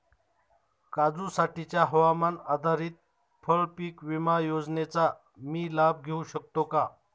काजूसाठीच्या हवामान आधारित फळपीक विमा योजनेचा मी लाभ घेऊ शकतो का?